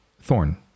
Thorn